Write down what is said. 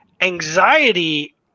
anxiety